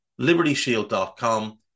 libertyshield.com